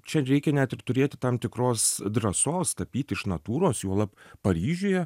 čia reikia net ir turėti tam tikros drąsos tapyti iš natūros juolab paryžiuje